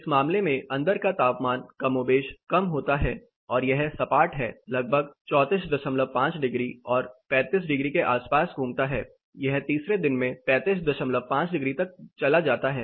इस मामले में अंदर का तापमान कमोबेश कम होता है और यह सपाट है लगभग 345 डिग्री और 35 डिग्री के आस पास घूमता है यह तीसरे दिन में 355 डिग्री तक चला जाता है